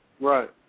right